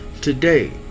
today